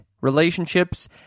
relationships